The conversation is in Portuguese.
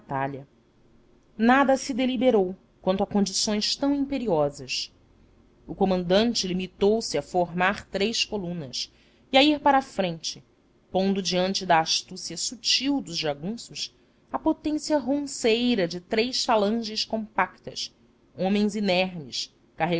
batalha nada se deliberou quanto a condições tão imperiosas o comandante limitou-se a formar três colunas e a ir para a frente pondo diante da astúcia sutil dos jagunços a potência ronceira de três falanges compactas homens inermes